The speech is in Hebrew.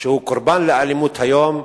שהוא קורבן לאלימות היום,